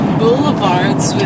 boulevards